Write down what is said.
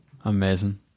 amazing